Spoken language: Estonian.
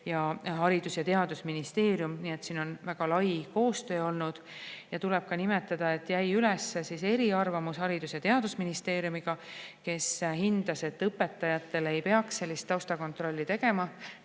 Haridus- ja Teadusministeerium, nii et siin on väga lai koostöö olnud. Ja tuleb ka nimetada, et jäi üles eriarvamus Haridus- ja Teadusministeeriumiga, kes hindas, et õpetajatele ei peaks sellist taustakontrolli tegema.